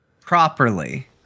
properly